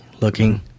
looking